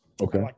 Okay